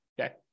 Okay